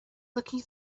looking